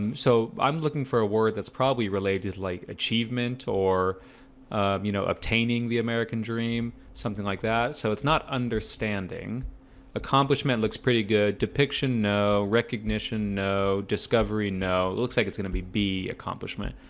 and so i'm looking for a word that's probably related like achievement or you know obtaining the american dream something like that, so it's not understanding accomplishment looks pretty good depiction. no recognition. no discovery. no, it looks like it's gonna be be accomplishment